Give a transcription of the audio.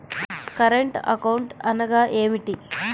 Current account అనగా ఏమిటి?